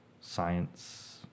Science